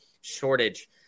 shortage